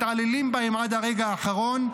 מתעללים בהם עד הרגע האחרון,